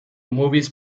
movies